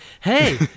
hey